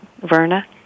Verna